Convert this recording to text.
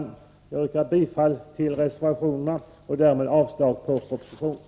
Jag yrkar bifall till reservationen och därmed avslag på propositionen.